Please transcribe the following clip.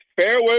Fairway